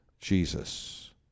Jesus